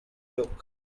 look